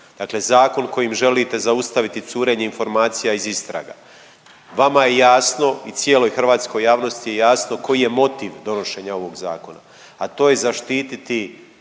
Dakle, zakon kojim želite zaustaviti curenje informacija iz istraga. Vama je jasno i cijeloj hrvatskoj javnosti je jasno koji je motiv donošenja ovog zakona, a to je zaštititi